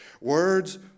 Words